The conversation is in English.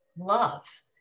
love